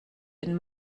den